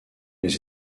les